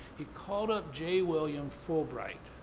he called up j. william fulbright,